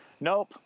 Nope